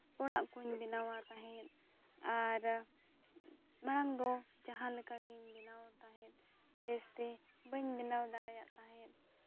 ᱚᱲᱟᱜ ᱠᱚᱧ ᱵᱮᱱᱟᱣᱟ ᱛᱟᱦᱮᱸᱫ ᱟᱨ ᱢᱟᱲᱟᱝ ᱫᱚ ᱡᱟᱦᱟᱸ ᱞᱮᱠᱟ ᱜᱤᱧ ᱵᱮᱱᱟᱣ ᱛᱟᱦᱮᱸᱫ ᱵᱮᱥᱛᱮ ᱵᱟᱹᱧ ᱵᱮᱱᱟᱣ ᱫᱟᱲᱭᱟᱫ ᱛᱟᱦᱮᱸᱫ